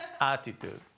attitude